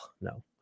no